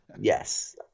yes